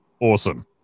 awesome